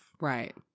Right